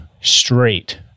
straight